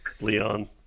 Leon